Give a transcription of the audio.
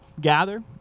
gather